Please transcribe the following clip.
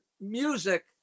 music